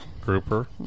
Grouper